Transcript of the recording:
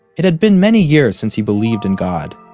it had been many years since he believed in god.